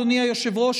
אדוני היושב-ראש,